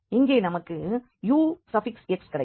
இங்கே நமக்கு ux கிடைக்கும்